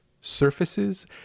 surfaces